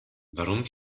warum